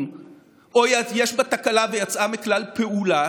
או שיש בה תקלה והיא יצאה מכלל פעולה